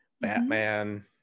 batman